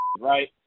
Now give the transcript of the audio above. right